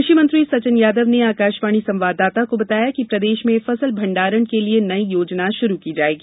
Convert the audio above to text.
कृषि मंत्री सचिन यादव ने आकाशवाणी संवाददाता को बताया कि प्रदेष में फसल भंडारण के लिए नई योजना षुरू की जाएगी